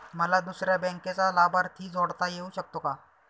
मला दुसऱ्या बँकेचा लाभार्थी जोडता येऊ शकतो का?